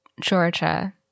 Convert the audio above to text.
Georgia